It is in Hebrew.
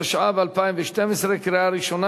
התשע"ב 2012,